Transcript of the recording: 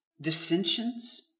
dissensions